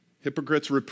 Hypocrites